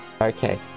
Okay